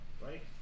Right